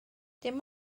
dim